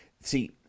See